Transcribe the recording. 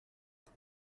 does